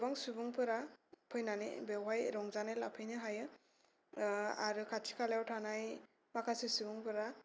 गोबां सुबुंफोरा फैनानै बेयावहाय रंजानाय लाफैनो हायो आरो खाथि खालायाव थानाय माखासे सुबुंफोरा